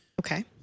Okay